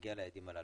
נגיע ליעדים הללו.